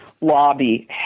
lobby